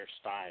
style